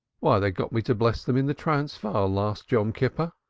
why, they got me to bless them in the transvaal last yom kippur.